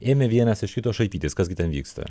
ėmė vienas iš kito šaipytis kas gi ten vyksta